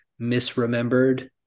misremembered